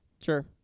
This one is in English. Sure